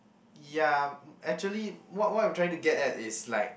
ya actually what what I'm trying to get at it's like